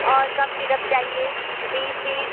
और cough syrup चाहिए बीस पीस